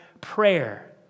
prayer